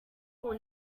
four